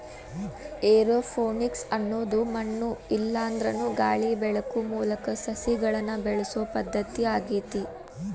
aeroponics ಅನ್ನೋದು ಮಣ್ಣು ಇಲ್ಲಾಂದ್ರನು ಗಾಳಿ ಬೆಳಕು ಮೂಲಕ ಸಸಿಗಳನ್ನ ಬೆಳಿಸೋ ಪದ್ಧತಿ ಆಗೇತಿ